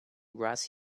grass